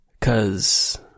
Cause